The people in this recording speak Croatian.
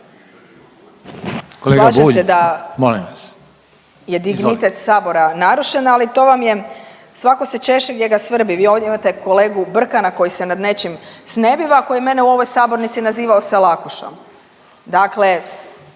Kolega Bulj, molim vas, izvolite./…